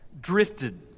drifted